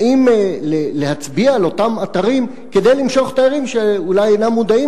האם להצביע על אותם אתרים כדי למשוך תיירים שאולי אינם מודעים